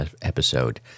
episode